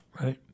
right